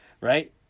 Right